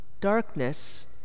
darkness